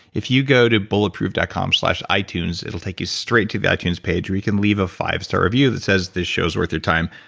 if you go to bulletproof dot com slash itunes it'll take you straight to the itunes page where you can leave a five star review that says this shows worth your time.